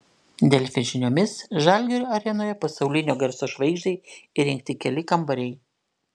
delfi žiniomis žalgirio arenoje pasaulinio garso žvaigždei įrengti keli kambariai